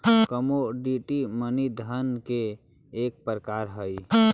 commodity money धन के एक प्रकार हई